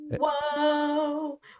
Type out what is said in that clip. Whoa